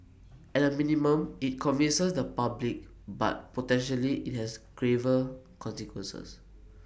at A minimum IT inconveniences the public but potentially IT has graver consequences